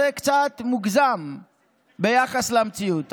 זה קצת מוגזם ביחס למציאות.